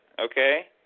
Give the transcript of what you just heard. Okay